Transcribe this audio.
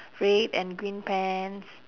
red and green pants